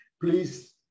please